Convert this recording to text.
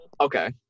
Okay